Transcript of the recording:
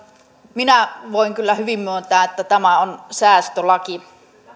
minä voin kyllä hyvin myöntää että tämä on säästölaki